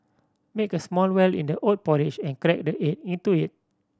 make a small well in the oat porridge and crack the egg into it